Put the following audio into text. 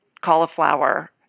cauliflower